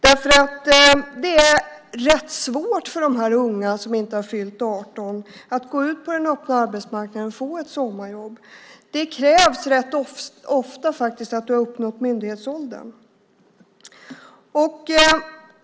Det är svårt för de unga som inte har fyllt 18 att gå ut på den öppna arbetsmarknaden och få ett sommarjobb. Det krävs rätt ofta att man har uppnått myndighetsåldern.